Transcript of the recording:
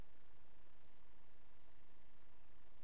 ויש